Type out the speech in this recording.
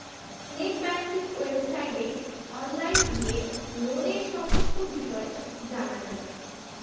net banking ওয়েবসাইটে online গিয়ে লোনের সমস্ত বিষয় জানা যায়